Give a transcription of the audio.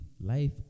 Life